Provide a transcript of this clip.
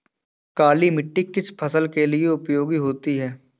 काली मिट्टी किस फसल के लिए उपयोगी होती है?